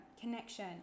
connection